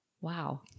wow